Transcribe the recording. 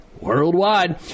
Worldwide